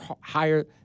higher